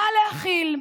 נא להכיל.